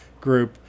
group